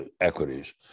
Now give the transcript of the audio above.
equities